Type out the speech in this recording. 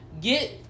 Get